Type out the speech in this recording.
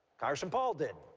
congressman paul didn't.